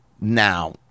now